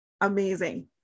amazing